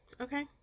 Okay